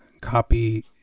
copy